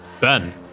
Ben